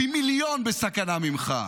פי מיליון בסכנה ממך.